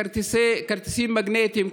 כרטיסים מגנטיים,